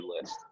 list